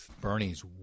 Bernie's